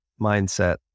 mindset